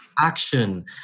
action